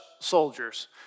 soldiers